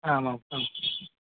आमाम् आम्